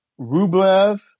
Rublev